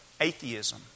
atheism